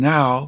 Now